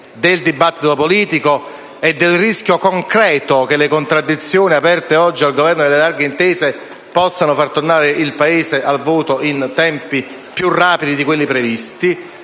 del dibattito politico e del rischio concreto che le contraddizioni aperte oggi rispetto al Governo delle larghe intese possano far tornare il Paese al voto in tempi più rapidi di quelli previsti.